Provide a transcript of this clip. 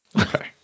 Okay